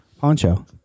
Poncho